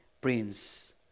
Prince